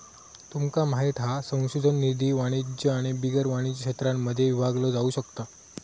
तुमका माहित हा संशोधन निधी वाणिज्य आणि बिगर वाणिज्य क्षेत्रांमध्ये विभागलो जाउ शकता